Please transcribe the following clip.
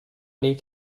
knee